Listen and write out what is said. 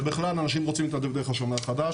ובכלל, אנשים רוצים להתנדב דרך השומר החדש.